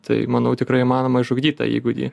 tai manau tikrai įmanoma išugdyt tą įgūdį